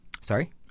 Sorry